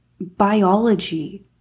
biology